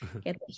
Get